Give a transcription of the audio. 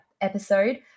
episode